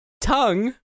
tongue